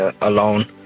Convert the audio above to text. alone